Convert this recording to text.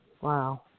Wow